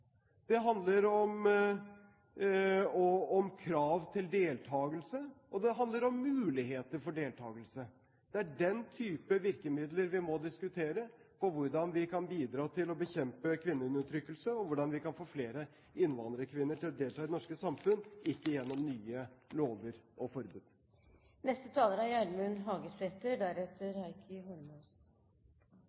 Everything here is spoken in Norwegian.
det handler om krav til deltakelse, og det handler om muligheter for deltakelse. Det er den type virkemidler vi må diskutere for hvordan vi kan bidra til å bekjempe kvinneundertrykkelse, og hvordan vi kan få flere innvandrerkvinner til å delta i det norske samfunn – ikke gjennom nye lover og forbud. Eg synest denne debatten ber preg av at han er